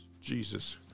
Jesus